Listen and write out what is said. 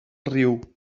riu